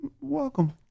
Welcome